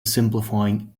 simplifying